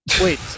Wait